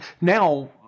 now